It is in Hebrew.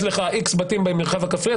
יש לך איקס בתים במרחב הכפרי,